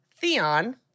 Theon